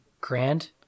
grand